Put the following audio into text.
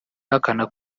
ahakana